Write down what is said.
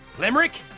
limerick,